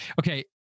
Okay